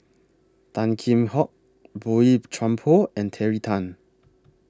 Tan Kheam Hock Boey Chuan Poh and Terry Tan